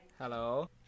Hello